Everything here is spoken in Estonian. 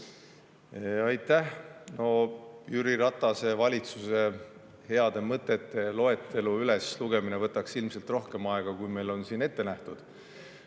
Aitäh! Jüri Ratase valitsuse heade mõtete loetelu üleslugemine võtaks ilmselt rohkem aega, kui meil on siin ette nähtud,